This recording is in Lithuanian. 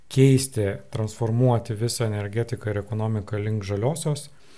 keisti transformuoti visą energetiką ir ekonomiką link žaliosios